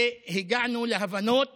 והגענו להבנות